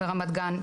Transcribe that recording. ברמת גן,